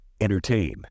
Entertain